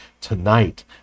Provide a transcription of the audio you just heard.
tonight